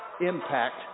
impact